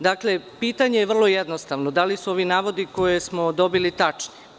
Dakle, pitanje je vrlo jednostavno – da li su ovi navodi, koje smo dobili, tačni?